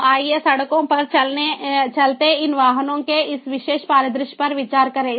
तो आइए सड़कों पर चलते इन वाहनों के इस विशेष परिदृश्य पर विचार करें